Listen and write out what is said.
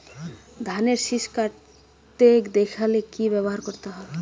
ধানের শিষ কাটতে দেখালে কি ব্যবহার করতে হয়?